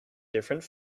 different